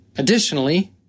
Additionally